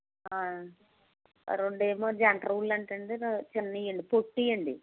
రెండు ఏమో జంట రులుఅంట అండి చిన్నవండి పొట్టివండీ